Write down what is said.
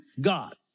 God